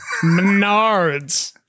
Menards